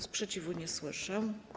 Sprzeciwu nie słyszę.